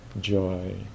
joy